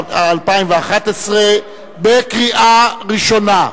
2011, קריאה ראשונה,